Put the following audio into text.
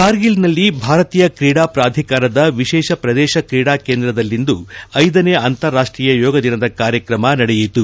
ಕಾರ್ಗಿಲ್ ನಲ್ಲಿ ಭಾರತೀಯ ತ್ರೀಡಾ ಪ್ರಾಧಿಕಾರದ ವಿಶೇಷ ಪ್ರದೇಶ ಕ್ರೀಡಾ ಕೇಂದ್ರದಲ್ಲಿಂದು ನನೇ ಅಂತಾರಾಷ್ಟೀಯ ಯೋಗ ದಿನದ ಕಾರ್ಯಕ್ರಮ ನಡೆಯಿತು